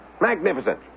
Magnificent